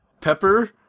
pepper